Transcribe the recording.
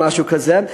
או משהו כזה,